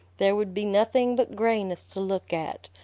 there would be nothing but grayness to look at,